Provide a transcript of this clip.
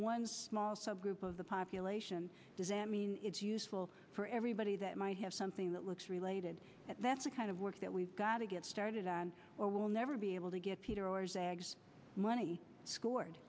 one small subgroup of the population does that mean it's useful for everybody that might have something that looks related but that's the kind of work that we've got to get started on or will never be able to get peter or zagged money scored